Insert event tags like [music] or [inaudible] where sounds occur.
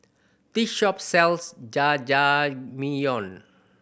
this shop sells [unintelligible]